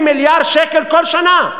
30 מיליארד שקל כל שנה.